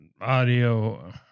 audio